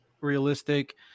realistic